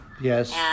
Yes